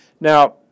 Now